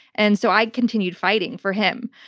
and so i continued fighting for him.